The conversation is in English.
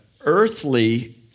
earthly